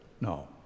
No